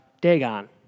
Dagon